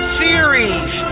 series